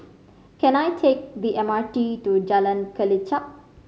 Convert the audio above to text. can I take the M R T to Jalan Kelichap